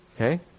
Okay